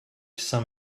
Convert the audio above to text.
san